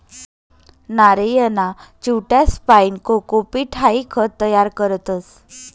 नारयना चिवट्यासपाईन कोकोपीट हाई खत तयार करतस